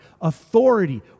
authority